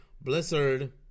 Blizzard